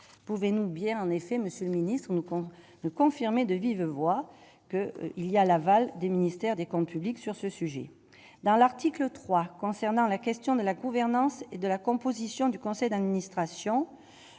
pouvez-nous bien, en effet, Monsieur le Ministre, nous quand de confirmer de vive voix que il y a l'aval du ministère, des comptes publics sur ce sujet dans l'article 3 concernant la question de la gouvernance et de la composition du conseil d'administration,